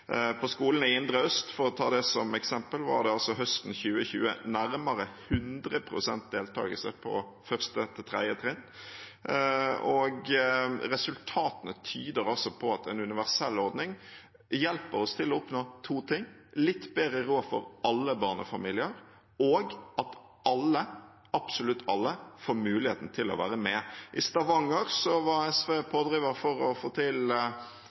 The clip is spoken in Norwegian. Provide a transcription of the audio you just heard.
På skolene i indre øst, for å ta dem som eksempel, var det høsten 2020 nærmere 100 pst. deltakelse på 1.–3. trinn. Resultatene tyder altså på at en universell ordning hjelper oss til å oppnå to ting: litt bedre råd for alle barnefamilier og at alle, absolutt alle, får mulighet til å være med. I Stavanger var SV pådriver for å få til